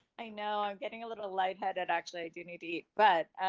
i know i'm getting a little light headed. actually i do need to, but.